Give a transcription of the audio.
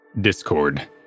Discord